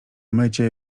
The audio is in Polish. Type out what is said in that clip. mycie